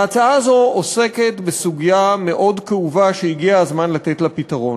ההצעה הזאת עוסקת בסוגיה מאוד כאובה שהגיע הזמן לתת לה פתרון.